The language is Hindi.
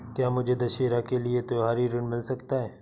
क्या मुझे दशहरा के लिए त्योहारी ऋण मिल सकता है?